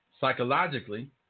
psychologically